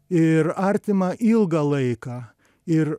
ir artima ilgą laiką ir